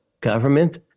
government